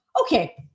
okay